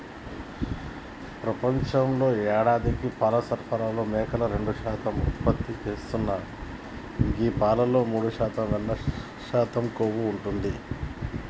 ప్రపంచంలో యేడాదికి పాల సరఫరాలో మేకలు రెండు శాతం ఉత్పత్తి చేస్తున్నాయి గీ పాలలో మూడున్నర శాతం కొవ్వు ఉంటది